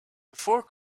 before